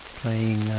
playing